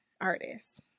artists